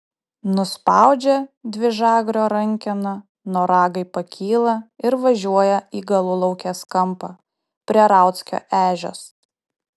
nuspaudžia dvižagrio rankeną noragai pakyla ir važiuoja į galulaukės kampą prie rauckio ežios